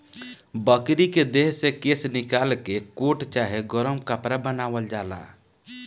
बकरी के देह से केश निकाल के कोट चाहे गरम कपड़ा बनावल जाला